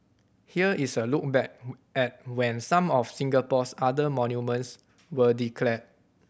here is a look back at when some of Singapore's other monuments were declared